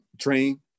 train